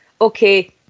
okay